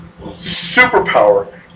superpower